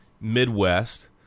midwest